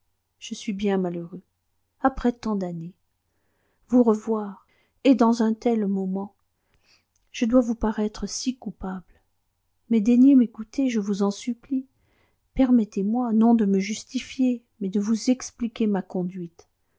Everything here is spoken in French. je suis bien malheureux après tant d'années vous revoir et dans un tel moment je dois vous paraître si coupable mais daignez m'écouter je vous en supplie permettez-moi non de me justifier mais de vous expliquer ma conduite